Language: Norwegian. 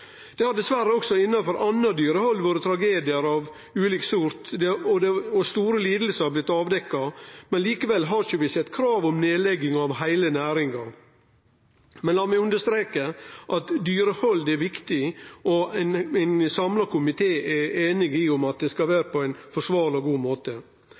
Det har dessverre også innanfor anna dyrehald vore tragediar av ulike sortar, og store lidingar har blitt avdekte, men likevel har vi ikkje sett krav om nedlegging av heile næringar. Men la meg understreke at dyrehald er viktig, og ein samla komité er einig i at det skal vere på ein forsvarleg og god måte.